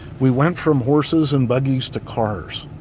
we went from horses and buggies to cars.